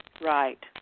Right